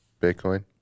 Bitcoin